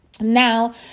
Now